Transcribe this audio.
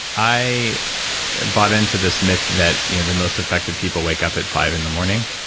i bought into this myth that you know the most effective people wake up at five in the morning.